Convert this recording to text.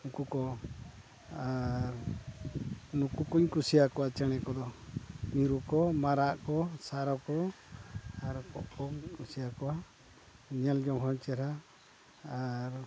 ᱱᱩᱠᱩ ᱠᱚ ᱟᱨ ᱱᱩᱠᱩ ᱠᱚᱧ ᱠᱩᱥᱤ ᱟᱠᱚᱣᱟ ᱪᱮᱬᱮ ᱠᱚᱫᱚ ᱢᱤᱨᱩ ᱠᱚ ᱢᱟᱨᱟᱜ ᱠᱚ ᱥᱟᱨᱚ ᱠᱚ ᱟᱨ ᱠᱚᱜ ᱠᱚᱧ ᱠᱩᱥᱤ ᱟᱠᱚᱣᱟ ᱧᱮᱞ ᱡᱚᱝ ᱦᱚᱸ ᱪᱮᱦᱨᱟ ᱟᱨ